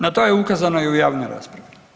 Na to je ukazano i u javnoj raspravi.